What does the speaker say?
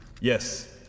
Yes